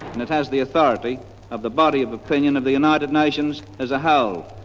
and it has the authority of the body of opinion of the united nations as a whole,